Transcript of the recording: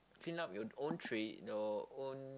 clean up your own tray your own